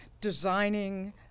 designing